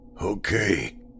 Okay